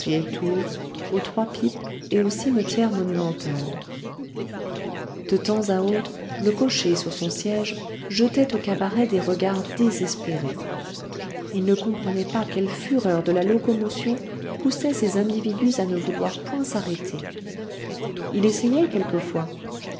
aux trois pipes et au cimetière monumental de temps à autre le cocher sur son siège jetait aux cabarets des regards désespérés il ne comprenait pas quelle fureur de la locomotion poussait ces individus à ne vouloir point s'arrêter il essayait quelquefois